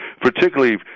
particularly